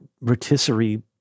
rotisserie